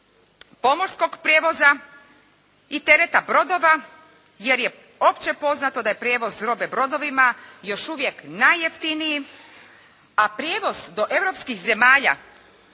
pomorskog prijevoza i tereta brodova jer je opće poznato da je prijevoz robe brodovima još uvijek najjeftiniji, a prijevoz do europskih zemalja